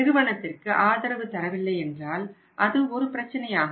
நிறுவனத்திற்கு ஆதரவு தரவில்லை என்றால் அது ஒரு பிரச்சினையாகும்